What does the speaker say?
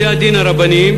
בתי-הדין הרבניים